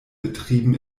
betrieben